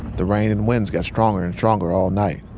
the rain and winds got stronger and stronger all night.